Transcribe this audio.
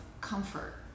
comfort